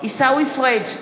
עיסאווי פריג'